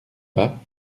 pas